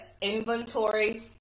inventory